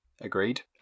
Agreed